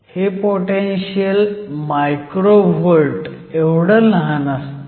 हे potential micro volt एवढं लहान असतं